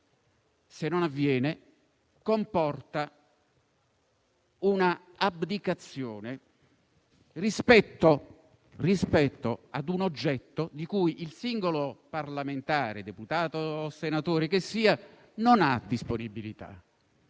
se non avviene, comporta un'abdicazione rispetto a un oggetto di cui il singolo parlamentare, deputato o senatore che sia, non ha disponibilità.